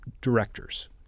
directors